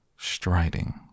striding